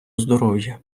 здоров’я